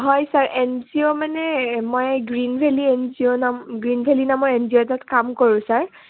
হয় sir N G O মানে মই Green Valley N G O নাম গ্ৰীণ ভেলী নামৰ এন জি অ' এটাত কাম কৰোঁ ছাৰ